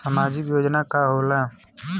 सामाजिक योजना का होला?